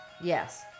Yes